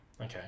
Okay